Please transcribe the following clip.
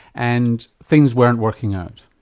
and things weren't working out?